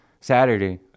Saturday